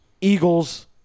Eagles